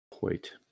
Wait